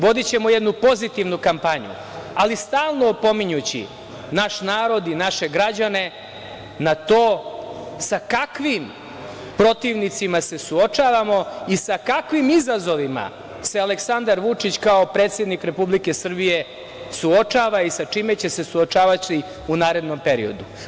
Vodićemo jednu pozitivnu kampanju, ali stalno opominjući naš narod i naše građane na to sa kakvim protivnicima se suočavamo i sa kakvim izazovima se Aleksandar Vučić, kao predsednik Republike Srbije, suočava i sa čime će se suočavati u narednom periodu.